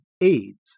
AIDS